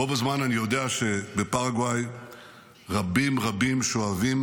בו בזמן אני יודע שבפרגוואי רבים רבים שואבים